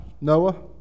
Noah